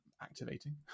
activating